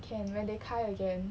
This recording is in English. can when they 开 again